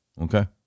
okay